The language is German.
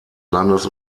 landes